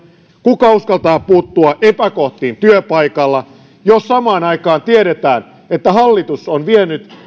kuka uskaltaa puuttua epäkohtiin työpaikalla jos samaan aikaan tiedetään että hallitus on käytännössä vienyt